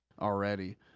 already